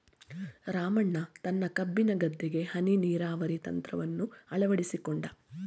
ರಾಮಣ್ಣ ತನ್ನ ಕಬ್ಬಿನ ಗದ್ದೆಗೆ ಹನಿ ನೀರಾವರಿ ತಂತ್ರವನ್ನು ಅಳವಡಿಸಿಕೊಂಡು